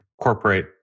corporate